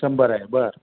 शंभर आहे बरं